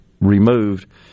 removed